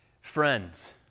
Friends